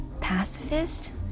pacifist